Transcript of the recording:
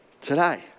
today